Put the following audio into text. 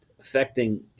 affecting